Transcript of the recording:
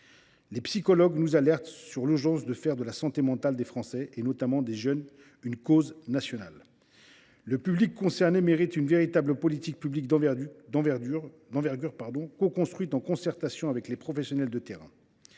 Les psychologues nous alertent sur l’urgence de faire de la santé mentale des Français, et notamment des jeunes, une cause nationale. Le public concerné mérite une véritable politique publique d’envergure, coconstruite en concertation avec les professionnels de terrain.